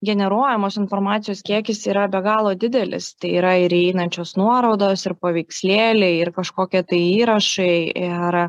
generuojamos informacijos kiekis yra be galo didelis tai yra ir įeinančios nuorodos ir paveikslėliai ir kažkokie tai įrašai ir